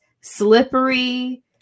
slippery